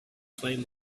flame